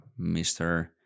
Mr